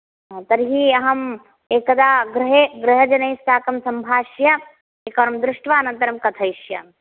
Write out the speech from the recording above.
तर्हि अहं एकदा गृहे गृहजनैः साकं सम्भाष्य एकवारं दृष्ट्वा अनन्तरं कथयिष्यामि